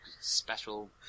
special